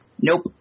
Nope